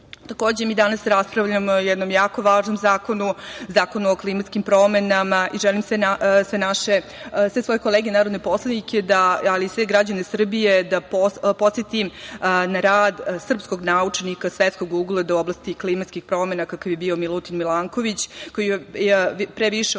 čikn“.Takođe, mi danas raspravljamo o jednom jako važnom zakonu, Zakonu o klimatskim promenama i želim sve svoje kolege narodne poslanike, ali i sve građane Srbije da podsetim na rad srpskog naučnika svetskog ugleda u oblasti klimatskih promena kakav je bio Milutin Milanković, koje je pre više